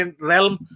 realm